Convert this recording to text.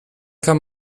kann